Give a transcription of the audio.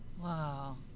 Wow